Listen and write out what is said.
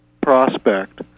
prospect